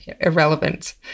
irrelevant